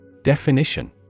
Definition